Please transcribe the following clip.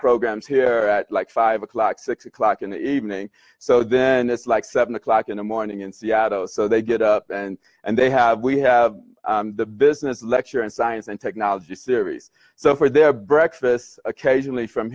programs here at like five o'clock six o'clock in the evening so then it's like seven o'clock in the morning in seattle so they get up and and they have we have the business lecture and science and technology series so for their breakfast occasionally from